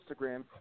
Instagram